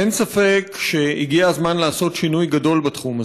אין ספק שהגיע הזמן לעשות שינוי גדול בתחום הזה.